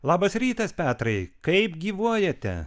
labas rytas petrai kaip gyvuojate